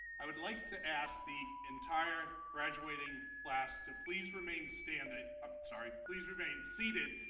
i would like to ask the entire graduating class to please remain standing. i'm sorry, please remain seated.